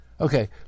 Okay